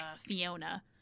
fiona